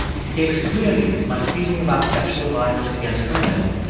states clearly my feeling about sexual violence against women,